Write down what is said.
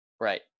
Right